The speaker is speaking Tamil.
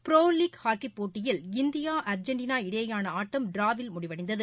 ப்ரோ லீக் ஹாக்கிப்போட்டியில் இந்தியா அர்ஜென்டினா இடையேயான ஆட்டம் டிராவில் முடிவடைந்தது